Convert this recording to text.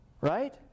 Right